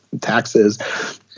taxes